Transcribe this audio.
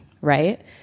right